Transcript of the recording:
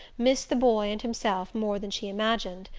miss the boy and himself more than she imagined.